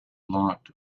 lot